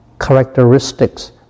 characteristics